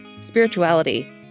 spirituality